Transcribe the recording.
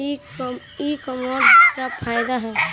ई कामर्स से का फायदा ह?